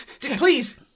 please